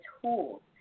tools